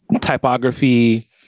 typography